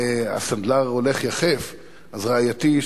הסנדלר הולך יחף רעייתי,